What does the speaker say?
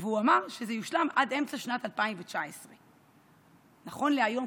והוא אמר שזה יושלם עד אמצע שנת 2019. נכון להיום,